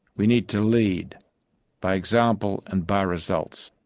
we need to lead by example and by results.